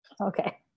okay